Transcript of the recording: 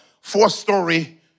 four-story